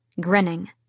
grinning